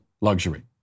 luxury